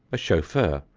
a chauffeur,